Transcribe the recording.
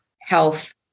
health